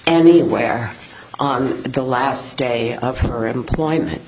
anywhere on the last day of her employment